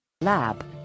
Lab